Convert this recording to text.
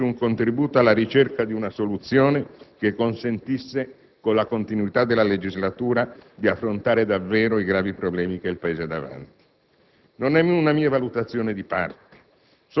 desse un contributo alla ricerca di una soluzione che consentisse, con la continuità della legislatura, di affrontare davvero i gravi problemi che il Paese ha davanti. Non è la mia una valutazione di parte,